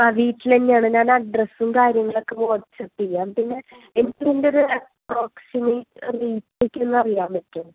ആ വീട്ടിൽ തന്നെയാണ് ഞാൻ അഡ്രസ്സും കാര്യങ്ങളൊക്കെ വാട്സ്ആപ്പ് ചെയ്യാം പിന്നെ എനിക്ക് ഇതിൻ്റെ ഒരു അപ്പ്രോക്സിമെറ്റ് റേറ്റ് ഒക്കെ ഒന്ന് അറിയാൻ പറ്റുമോ